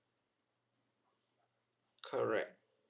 correct